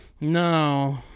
No